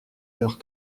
leurs